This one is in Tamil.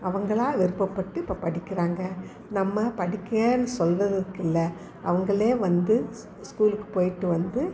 அவங்களாக விருப்பப்பட்டு இப்போ படிக்கிறாங்க நம்ம படிங்கனு சொல்லுறதுக்கு இல்லை அவர்களே வந்து ஸ்கூலுக்கு போயிட்டு வந்து